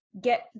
get